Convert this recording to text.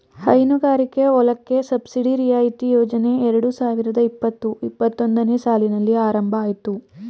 ಹೈನುಗಾರಿಕೆ ಹೊಲಕ್ಕೆ ಸಬ್ಸಿಡಿ ರಿಯಾಯಿತಿ ಯೋಜನೆ ಎರಡು ಸಾವಿರದ ಇಪ್ಪತು ಇಪ್ಪತ್ತೊಂದನೇ ಸಾಲಿನಲ್ಲಿ ಆರಂಭ ಅಯ್ತು